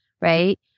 right